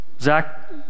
Zach